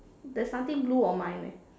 there's nothing blue on mine eh